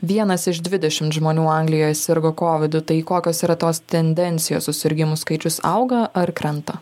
vienas iš dvidešim žmonių anglijoje sirgo kovidu tai kokios yra tos tendencijos susirgimų skaičius auga ar krenta